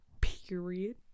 Period